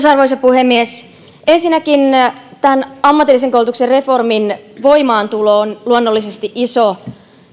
arvoisa puhemies ensinnäkin tämän ammatillisen koulutuksen reformin voimaantulo on luonnollisesti iso